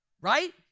right